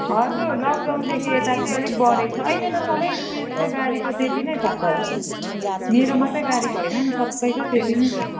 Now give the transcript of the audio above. हजुर लकडउनदेखि यता चाहिँ अलिक बढेको छ अहिले त सबै उयोस् गाडीको नै त्यति नै छ त मेरो मात्रै गाडीको होइन नि सबैको त्यति नै छ